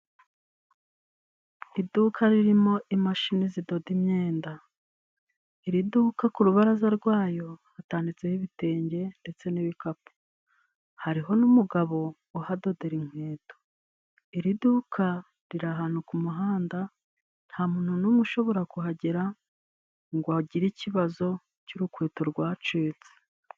Iduka ririmo imashini zidoda imyenda, iri duka ku rubaraza rwayo hatanditseho ibitenge ndetse n'ibikapu, hari ho n'umugabo uhadodera inkweto. Iri duka riri ahantu ku muhanda, nta muntu n'umwe ushobora kuhagera ngo agire ikibazo cy'urukweto rwacitse.